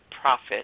profit